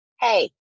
hey